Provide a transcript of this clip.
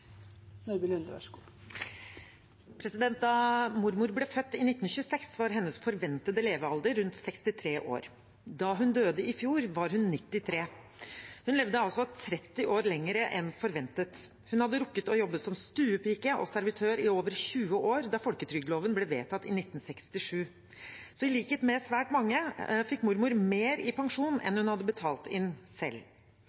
Da mormor ble født i 1926, var hennes forventede levealder rundt 63 år. Da hun døde i fjor, var hun 93. Hun levde altså 30 år lenger enn forventet. Hun hadde rukket å jobbe som stuepike og servitør i over 20 år da folketrygdloven ble vedtatt i 1967. Så i likhet med svært mange fikk mormor mer i pensjon enn